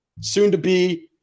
soon-to-be